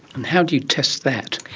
and how do you test that?